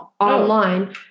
online